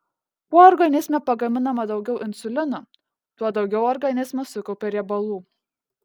kuo organizme pagaminama daugiau insulino tuo daugiau organizmas sukaupia riebalų